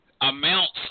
amounts